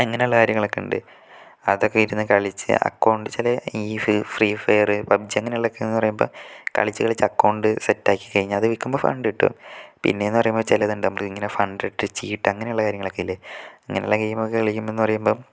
അങ്ങനെയുള്ള കാര്യങ്ങളൊക്കെയുണ്ട് അതൊക്കെ ഇരുന്ന് കളിച്ച് അകൗണ്ട് ചില ഈ ഫ് ഫ്രീ ഫയറ് പബ്ജി അങ്ങനെക്കൊള്ളേന്ന് പറയുമ്പം കളിച്ച് കളിച്ച് അകൗണ്ട് സെറ്റാക്കി കഴിഞ്ഞാൽ അത് വിൽക്കുമ്പം ഫണ്ട് കിട്ടും പിന്നേന്ന് പറയുമ്പം ചിലതുണ്ട് നമക്കിങ്ങനെ ഫണ്ടിട്ട് ചീട്ട് അങ്ങനെയുള്ള കാര്യങ്ങളൊക്കെ ഇല്ലേ അങ്ങനെയുള്ള ഗെയിമൊക്കെ കളിക്കുമ്പം എന്ന് പറയുമ്പം